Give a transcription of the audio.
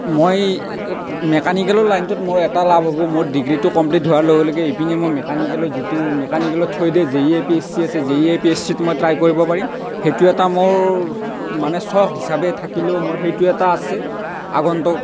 মই মেকানিকেলৰ লাইনটোত মোৰ এটা লাভ হ'ব মোৰ ডিগ্ৰীটো কমপ্লিট হোৱাৰ লগে লগে ইপিনে মই মেকানিকেলৰ যিটো মেকানিকেলৰ থ্ৰ'ইদিয়ে J E A P S C আছে J E A P S চিত মই ট্ৰাই কৰিব পাৰিম সেইটো এটা মোৰ মানে চখ হিচাপে থাকিলেও মোৰ সেইটো এটা আছে আগন্তুক